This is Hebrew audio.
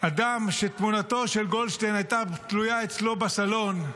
אדם שתמונתו של גולדשטיין הייתה תלויה אצלו בסלון,